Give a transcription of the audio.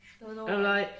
I'm like